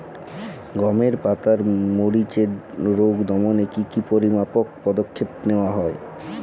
গমের পাতার মরিচের রোগ দমনে কি কি পরিমাপক পদক্ষেপ নেওয়া হয়?